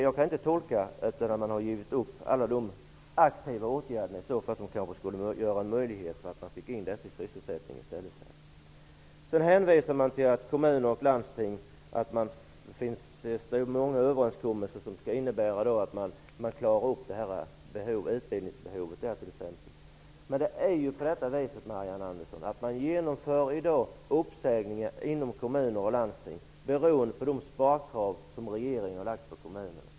Jag kan inte tolka det på annat sätt, eftersom man har givit upp alla de aktiva åtgärder som kanske skulle göra det möjligt att få in dessa människor i sysselsättning. Man hänvisar till att det träffas många överenskommelser i kommuner och landsting som kommer att innebära att de klarar utbildningsbehovet. Men, Marianne Andersson, man genomför i dag uppsägningar inom kommuner och landsting beroende på de sparkrav som regeringen har förelagt kommunerna.